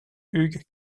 hugues